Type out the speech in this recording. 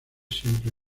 siempre